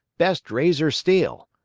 best razor steel.